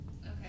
okay